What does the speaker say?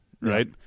right